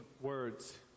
words